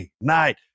Night